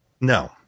No